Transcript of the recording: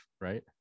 Right